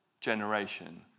generation